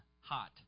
hot